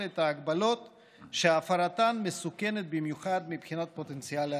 הגבלות שהפרתן מסוכנת במיוחד מבחינת פוטנציאל ההדבקה.